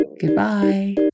Goodbye